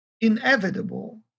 inevitable